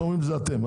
אתם אומרים: זה אתם.